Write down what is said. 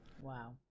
wow